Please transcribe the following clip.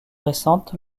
récentes